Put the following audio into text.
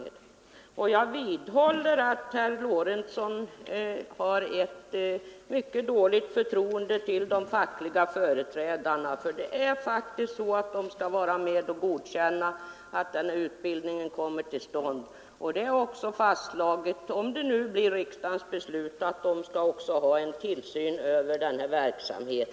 Jag vidhåller min uppfattning att herr Lorentzon har dåligt förtroende för de fackliga företrädarna. De skall faktiskt vara med om att godkänna 127 att denna utbildning kommer till stånd. Ett riksdagsbeslut i enlighet med regeringens förslag innebär också att de skall ha tillsyn över denna verksamhet.